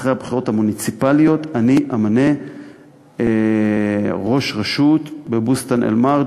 אחרי הבחירות המוניציפליות אני אמנה ראש רשות בבוסתאן-אלמרג'.